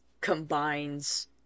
combines